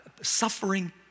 suffering